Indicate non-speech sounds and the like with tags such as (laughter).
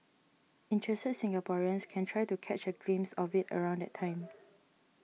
interested Singaporeans can try to catch a glimpse of it around that time (noise)